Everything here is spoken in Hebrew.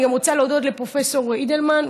אני גם רוצה להודות לפרופ' אידלמן,